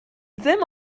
ddim